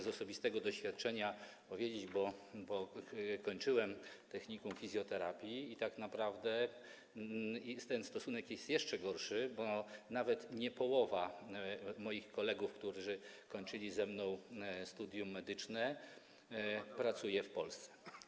Z osobistego doświadczenia mogę powiedzieć, bo kończyłem technikum fizjoterapii, że tak naprawdę ten stosunek jest jeszcze gorszy, bo nawet nie połowa moich kolegów, którzy kończyli ze mną studium medyczne, pracuje w Polsce.